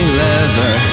leather